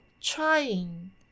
trying